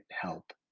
help